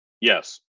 Yes